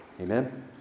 Amen